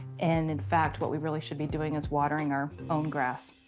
and, in fact, what we really should be doing is watering our own grass.